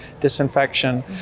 disinfection